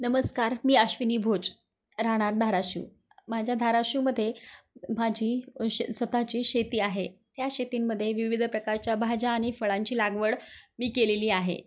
नमस्कार मी आश्विनी भोज राहणार धाराशिव माझ्या धाराशिवमध्ये माझी शे स्वतःची शेती आहे त्या शेतींमध्ये विविध प्रकारच्या भाज्या आणि फळांची लागवड मी केलेली आहे